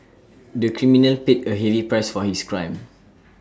the criminal paid A heavy price for his crime